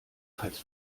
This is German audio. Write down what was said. falls